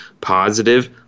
positive